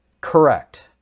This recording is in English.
Correct